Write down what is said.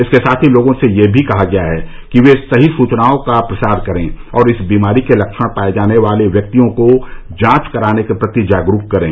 इसके साथ ही लोगों से यह भी कहा गया है कि वे सही सूचनाओं का प्रसार करें और इस बीमारी के लक्षण पाए जाने वाले व्यक्तियों को जांच कराने के प्रति जागरूक करें